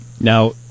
now